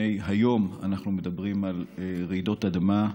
היום אנחנו מדברים על רעידות אדמה,